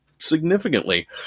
significantly